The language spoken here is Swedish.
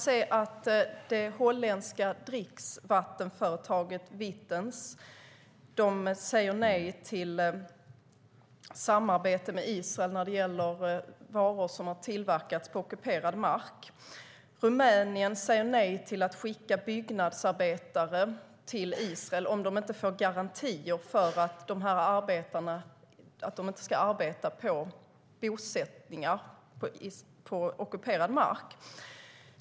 Det holländska dricksvattenföretaget Vitens säger nej till samarbete med Israel när det gäller varor som har tillverkats på ockuperad mark. Rumänien säger nej till att skicka byggnadsarbetare till Israel om de inte får garantier för att de inte ska arbeta på ockuperad mark.